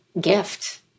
gift